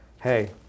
hey